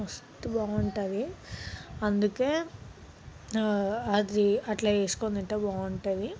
మస్తు బాగుంటుంది అందుకే అది అట్లా చేసుకొని తింటే బాగుంటుంది